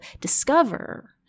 discover